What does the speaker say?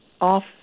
off